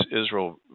Israel